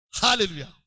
Hallelujah